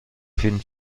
فیلم